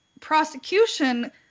prosecution